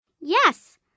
Yes